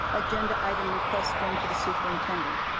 agenda item request form to the superintendent.